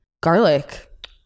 Garlic